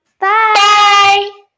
Bye